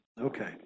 Okay